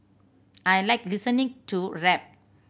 I like listening to rap